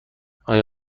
آیا